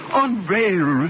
unveil